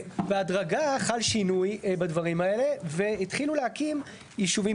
בהדרגה חל שינוי בדברים האלה והתחילו להקים ישובים